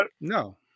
No